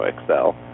Excel